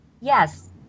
Yes